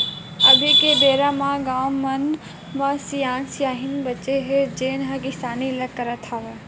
अभी के बेरा म गाँव मन म सियान सियनहिन बाचे हे जेन ह किसानी ल करत हवय